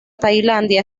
tailandia